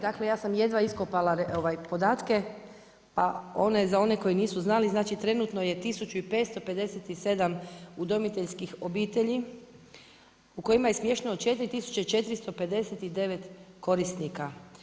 Dakle ja sam jedna iskopala podatke pa one za one koji nisu znali, znači trenutno je 1557 udomiteljskih obitelji u kojima je smješteno 4459 korisnika.